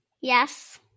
Yes